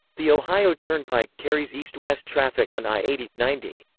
the ohio turnpike carries east-west traffic on i eighty ninety.